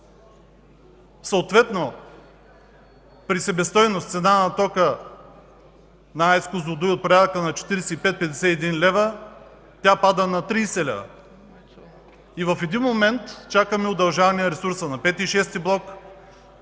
Съответно при себестойност цена на тока на АЕЦ „Козлодуй” от порядъка на 45 – 51 лв. тя пада на 30 лв. В един момент чакаме удължаване ресурса на V и VІ блок,